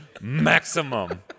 maximum